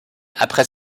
après